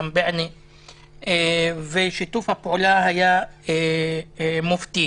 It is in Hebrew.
ושיתוף הפעולה היה מופתי.